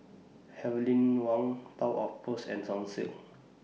Heavenly Wang Toy Outpost and Sunsilk